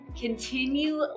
Continue